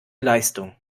leistung